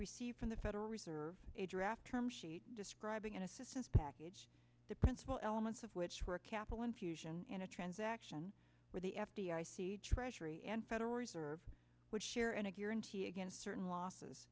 received from the federal reserve a draft term sheet describing an assistance package the principal elements of which were a capital infusion in a transaction where the f d i c treasury and federal reserve would share in a guarantee against certain losses